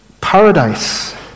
Paradise